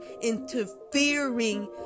interfering